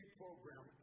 program